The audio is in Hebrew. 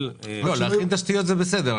לא, להכין תשתיות זה בסדר.